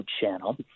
channel